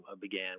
began